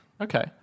Okay